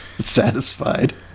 satisfied